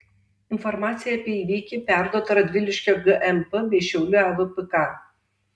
informacija apie įvykį perduota radviliškio gmp bei šiaulių avpk